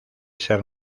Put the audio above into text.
ser